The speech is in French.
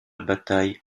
bataille